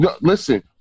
Listen